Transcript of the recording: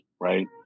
Right